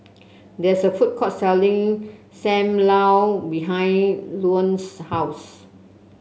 there is a food court selling Sam Lau behind Luanne's house